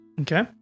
Okay